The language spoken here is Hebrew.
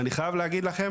ואני חייב להגיד לכם